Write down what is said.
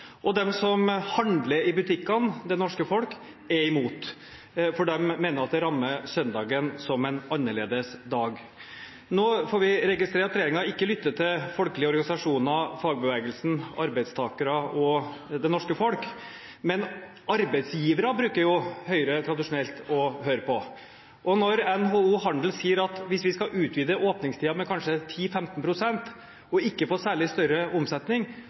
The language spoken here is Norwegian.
og de som handler i butikkene, det norske folk, er imot, for de mener at det rammer søndagen som en annerledes dag. Nå registrerer vi at regjeringen ikke lytter til folkelige organisasjoner, fagbevegelsen, arbeidstakere og det norske folk, men arbeidsgivere bruker jo Høyre tradisjonelt å høre på. Når NHO Handel sier at hvis vi skal utvide åpningstidene med kanskje 10–15 pst. og ikke få særlig større omsetning,